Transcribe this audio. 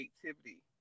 creativity